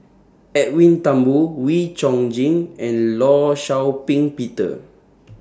Edwin Thumboo Wee Chong Jin and law Shau Ping Peter